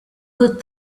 good